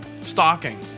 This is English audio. Stalking